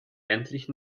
endlich